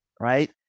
right